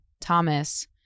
Thomas